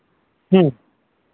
ᱦᱩᱸ